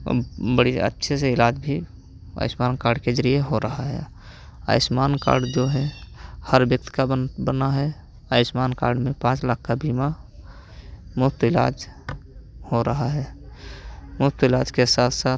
अब बड़ी अच्छे से इलाज भी आयुष्मान कार्ड के ज़रिए हो रहा है आयुष्मान कार्ड जो है हर व्यक्ति का बन बना है आयुष्मान कार्ड में पाँच लाख का बीमा मुफ़्त इलाज हो रहा है मुफ़्त इलाज के साथ साथ